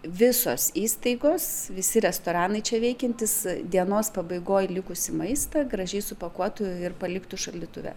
visos įstaigos visi restoranai čia veikiantys dienos pabaigoj likusį maistą gražiai supakuotų ir paliktų šaldytuve